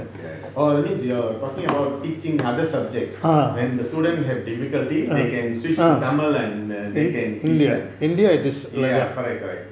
oh that means you are talking about teaching other subjects when the student have difficulty they can switch to tamil and they can teach them ya correct correct